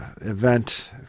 event